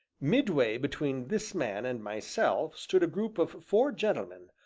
midway between this man and myself stood a group of four gentlemen,